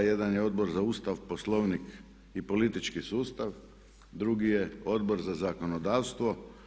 Jedan je Odbor za Ustav, Poslovnik i politički sustav, drugi je Odbor za zakonodavstvo.